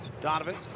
Donovan